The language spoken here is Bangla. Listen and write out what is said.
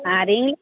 আর ইংলিশ